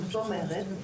זאת אומרת,